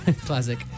Classic